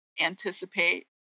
anticipate